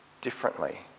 differently